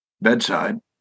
bedside